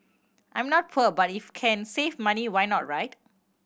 I'm not poor but if can save money why not right